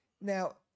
Now